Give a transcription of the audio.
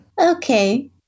Okay